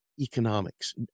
economics